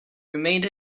remained